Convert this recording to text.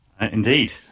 Indeed